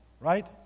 right